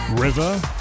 River